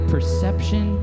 perception